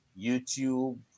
YouTube